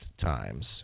times